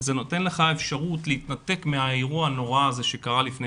אבל זה נותן לך אפשרות להתנתק מהאירוע הנורא הזה שקרה לפני